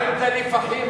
מה עם טלי פחימה?